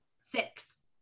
six